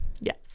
Yes